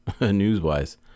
news-wise